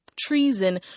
treason